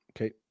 Okay